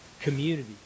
community